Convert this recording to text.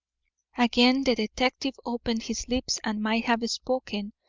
again the detective opened his lips and might have spoken,